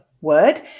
word